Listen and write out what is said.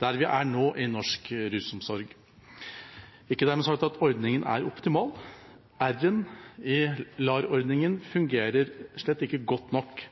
der vi er nå i norsk rusomsorg. Det er ikke dermed sagt at ordningen er optimal – R-en i LAR-ordningen fungerer slett ikke godt nok.